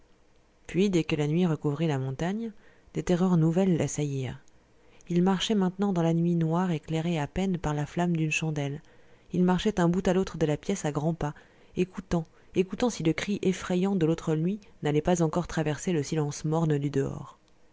puis dès que la nuit recouvrit la montagne des terreurs nouvelles l'assaillirent il marchait maintenant dans la cuisine noire éclairée à peine par la flamme d'une chandelle il marchait d'un bout à l'autre de la pièce à grands pas écoutant écoutant si le cri effrayant de l'autre nuit n'allait pas encore traverser le silence morne du dehors